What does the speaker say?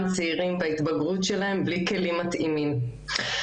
צעירים בהתבגרות שלהם בלי כלים מתאימים.